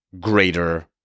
greater